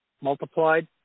multiplied